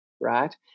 right